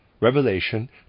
Revelation